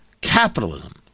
capitalism